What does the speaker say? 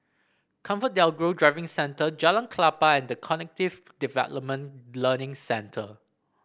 ComfortDelGro Driving Centre Jalan Klapa and The Cognitive Development Learning Centre